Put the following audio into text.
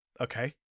Okay